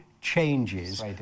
changes